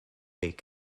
wake